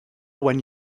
when